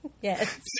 Yes